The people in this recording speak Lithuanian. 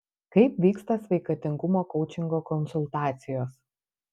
kaip vyksta sveikatingumo koučingo konsultacijos